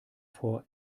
vor